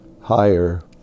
higher